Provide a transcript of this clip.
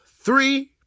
three